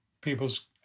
people's